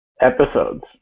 episodes